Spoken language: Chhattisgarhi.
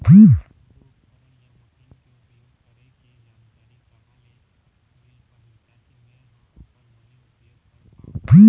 सब्बो उपकरण या मशीन के उपयोग करें के जानकारी कहा ले मील पाही ताकि मे हा ओकर बने उपयोग कर पाओ?